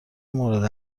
مورد